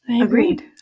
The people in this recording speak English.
Agreed